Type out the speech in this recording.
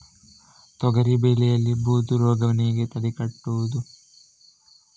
ತೊಗರಿ ಬೆಳೆಯಲ್ಲಿ ಬೂದು ರೋಗವನ್ನು ಹೇಗೆ ತಡೆಗಟ್ಟಬಹುದು?